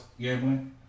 gambling